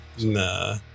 Nah